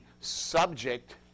subject